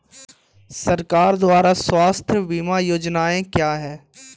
सरकार द्वारा स्वास्थ्य बीमा योजनाएं क्या हैं?